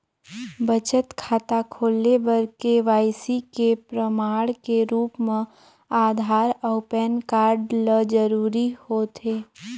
बचत खाता खोले बर के.वाइ.सी के प्रमाण के रूप म आधार अऊ पैन कार्ड ल जरूरी होथे